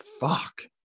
Fuck